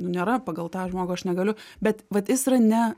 nu nėra pagal tą žmogų aš negaliu bet vat jis yra ne